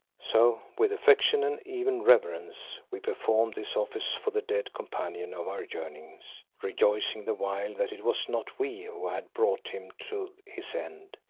so with affection, and even reverence, we performed this office for the dead companion of our journeyings, rejoicing the while that it was not we who had brought him to his end.